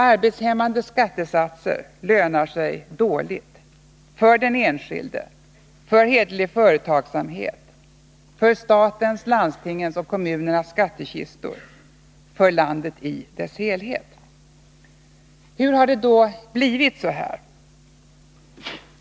Arbetshämmande skattesatser lönar sig dåligt — för den enskilde, för hederlig företagsamhet, för statens, landstingens och kommunernas skattekistor, för landet i dess helhet. Hur har det då blivit så här?